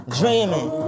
dreaming